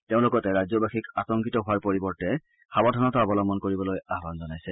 তেওঁ লগতে ৰাজ্যবাসীক আতংকিত হোৱাৰ পৰিৱৰ্তে সাৱধানতা অৱলম্বন কৰিবলৈ আহান জনাইছে